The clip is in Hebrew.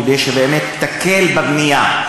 כדי שבאמת יקלו בבנייה,